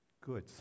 good